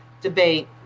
debate